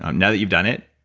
um now that you've done it,